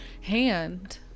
hand